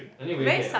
anyway okay ya